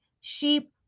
Sheep